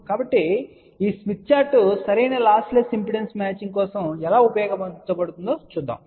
కాబట్టి ఈ Smith chart సరైన లాస్లెస్ ఇంపిడెన్స్ మ్యాచింగ్ కోసం ఎలా ఉపయోగించబడుతుందో చూద్దాం